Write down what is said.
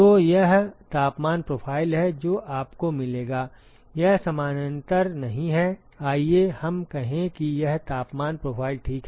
तो यह तापमान प्रोफ़ाइल है जो आपको मिलेगा यह समानांतर नहीं है आइए हम कहें कि यह तापमान प्रोफ़ाइल ठीक है